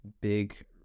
big